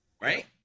Right